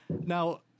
Now